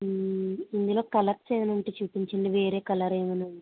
ఇందులో కలర్స్ ఏమైన ఉంటే చూపించండి వేరే కలర్ ఏమన్న